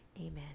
Amen